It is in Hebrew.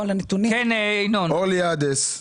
היה פה דיון על התקציב